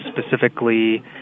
specifically